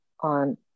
on